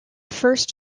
first